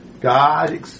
God